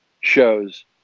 shows